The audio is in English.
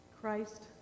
Christ